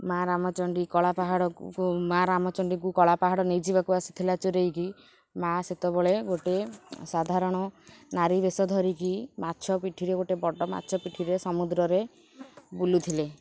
ମାଆ ରାମଚଣ୍ଡୀ କଳାପାହାଡ଼କୁ ମାଆ ରାମଚଣ୍ଡୀକୁ କଳାପାହାଡ଼ ନେଇଯିବାକୁ ଆସିଥିଲା ଚୋରେଇକି ମାଆ ସେତେବେଳେ ଗୋଟେ ସାଧାରଣ ନାରୀ ବେଶ ଧରିକି ମାଛ ପିଠିରେ ଗୋଟେ ବଡ଼ ମାଛ ପିଠିରେ ସମୁଦ୍ରରେ ବୁଲୁଥିଲେ